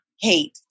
hate